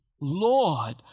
Lord